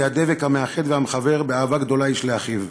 והיא הדבק המאחד והמחבר באהבה גדולה איש לאחיו,